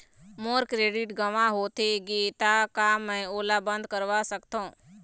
मोर credit गंवा होथे गे ता का मैं ओला बंद करवा सकथों?